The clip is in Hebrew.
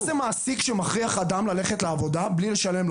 מעסיק שמכריח אדם ללכת לעבודה בלי לשלם לו?